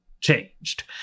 changed